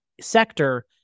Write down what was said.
sector